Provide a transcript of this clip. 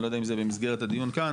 אני לא יודע אם זה במסגרת הדיון כאן,